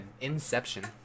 Inception